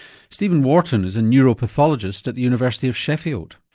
stephen wharton is a neuropathologist at the university of sheffield.